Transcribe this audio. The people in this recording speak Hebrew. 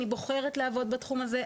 אני בוחרת לעבוד בתחום הזה,